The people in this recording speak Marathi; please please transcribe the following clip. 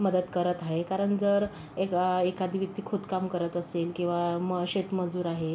मदत करत आहे कारण जर एक एखादी व्यक्ती खोदकाम करत असेल किंवा म शेतमजूर आहेत